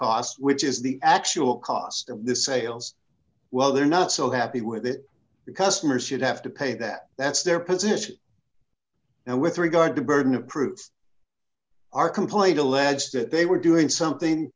cost which is the actual cost of the sails well they're not so happy with it because mercy have to pay that that's their position now with regard to burden of proof are complete allege that they were doing something